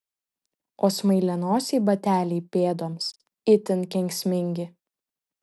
o smailianosiai bateliai pėdoms itin kenksmingi